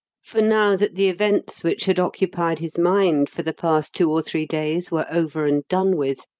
for now that the events which had occupied his mind for the past two or three days were over and done with,